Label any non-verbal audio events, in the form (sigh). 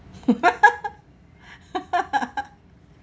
(laughs) (laughs)